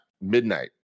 midnight